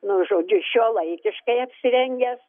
nu žodžiu šiuolaikiškai apsirengęs